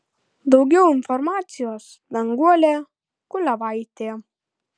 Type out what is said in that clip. daugiau informacijos danguolė kuliavaitė